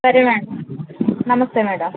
సరే మేడం నమస్తే మేడం